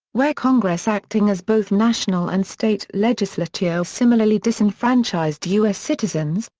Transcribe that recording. where congress acting as both national and state legislature similarly disenfranchised u s. citizens,